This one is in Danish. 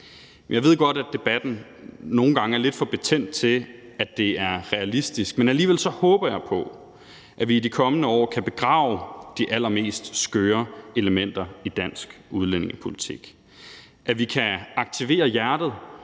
Jeg ved godt, at debatten nogle gange er lidt for betændt til, at det er realistisk, men alligevel håber jeg på, at vi i de kommende år kan begrave de allermest skøre elementer i dansk udlændingepolitik; at vi kan aktivere hjertet,